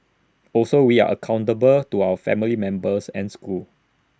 also we are accountable to our family members and school